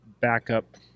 backup